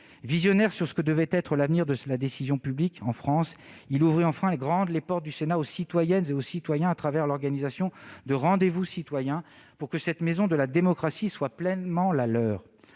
Visionnaire sur ce que devait être l'avenir de la décision publique en France, il ouvrit enfin grand les portes du Sénat aux citoyennes et aux citoyens, à travers l'organisation de rendez-vous citoyens, pour que cette maison de la démocratie soit pleinement la leur.